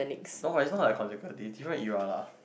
no but it's not like consecutive different era lah